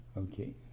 Okay